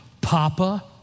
Papa